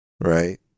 right